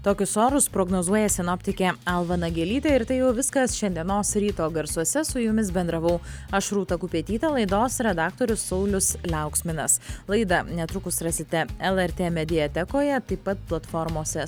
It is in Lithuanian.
tokius orus prognozuoja sinoptikė alva nagelytė ir tai jau viskas šiandienos ryto garsuose su jumis bendravau aš rūta kupetytė laidos redaktorius saulius liauksminas laidą netrukus rasite lrt mediatekoje taip pat platformose